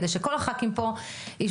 כדי שכל הח"כים פה ישבו.